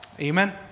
Amen